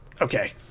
Okay